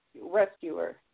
rescuer